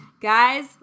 guys